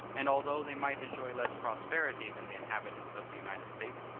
and although they might enjoy less prosperity than the inhabitants of the united states,